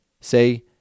Say